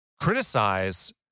criticize